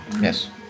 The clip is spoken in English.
yes